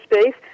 space